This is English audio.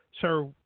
Sir